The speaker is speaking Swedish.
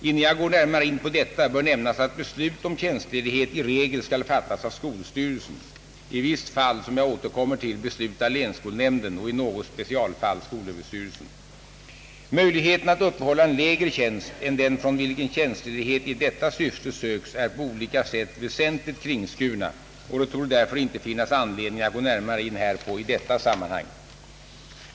Innan jag går närmare in på detta bör nämnas att beslut om tjänstledighet i regel skall fattas av skolstyrelsen. I visst fall, som jag återkommer till, beslutar länsskolnämnden och i något specialfall skolöverstyrelsen. Möjligheterna att uppehålla en lägre tjänst än den från vilken tjänstledighet i detta syfte söks är på olika sätt väsentligt kringskurna och det torde därför inte finnas anledning att gå närmare in härpå i detta sammanhang.